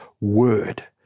word